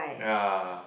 ya